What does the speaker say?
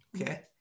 Okay